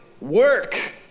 work